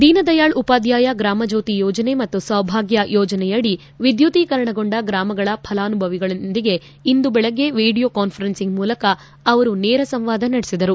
ದೀನ್ದಯಾಳ್ ಉಪಾಧ್ವಾಯ ಗ್ರಾಮಜ್ಜೋತಿ ಯೋಜನೆ ಮತ್ತು ಸೌಭಾಗ್ತ ಯೋಜನೆಯಡಿ ವಿದ್ದುದೀಕರಣಗೊಂಡ ಗ್ರಾಮಗಳ ಫಲಾನುಭವಿಗಳೊಂದಿಗೆ ಇಂದು ಬೆಳಗ್ಗೆ ವಿಡಿಯೋ ಕಾನ್ವರೆನ್ಲಿಂಗ್ ಮೂಲಕ ಅವರು ನೇರ ಸಂವಾದ ನಡೆಸಿದರು